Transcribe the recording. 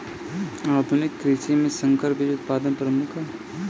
आधुनिक कृषि में संकर बीज उत्पादन प्रमुख ह